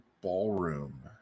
ballroom